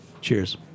Cheers